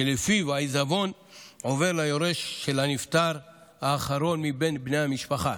שלפיו העיזבון עובר ליורש של הנפטר האחרון מבין בני המשפחה.